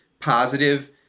positive